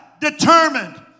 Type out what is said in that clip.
determined